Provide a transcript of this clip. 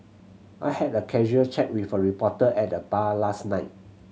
I had a casual chat with a reporter at the bar last night